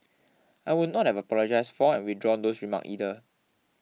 I would not have apologise for and withdrawn those remark either